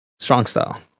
StrongStyle